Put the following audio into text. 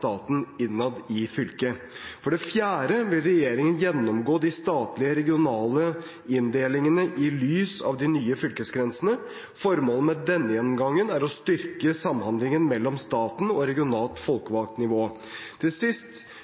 staten innad i fylket. For det fjerde vil regjeringen gjennomgå de statlige regionale inndelingene i lys av de nye fylkesgrensene. Formålet med denne gjennomgangen er å styrke samhandlingen mellom staten og regionalt folkevalgt nivå. Til sist